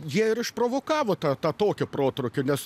jie ir išprovokavo tą tą tokį protrūkį nes